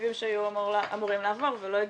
תקציבים שהיו אמורים לעבור ולא הגיעו,